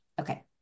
Okay